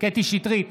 קטי קטרין שטרית,